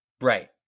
right